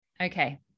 Okay